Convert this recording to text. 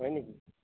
হয় নেকি